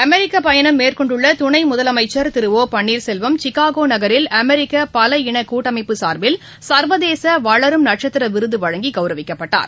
அமெரிக்க பயணம் மேற்கொண்டுள்ள துணை முதலமைச்சர் திரு ஒ பன்னீர்செல்வம் சிக்காகோ நகரில் அமெரிக்க பல இன கூட்டமைப்புச் சார்பில் சர்வதேச வளரும் நட்சத்திர விருது வழங்கி கௌரவிக்கப்பட்டார்